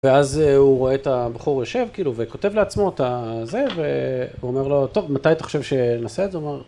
ואז הוא רואה את הבחור יושב כאילו וכותב לעצמו את הזה... והוא אומר לו טוב מתי אתה חושב שנעשה את זה?